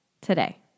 today